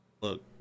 Look